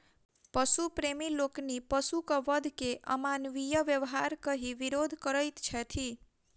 पशु प्रेमी लोकनि पशुक वध के अमानवीय व्यवहार कहि विरोध करैत छथि